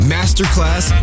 Masterclass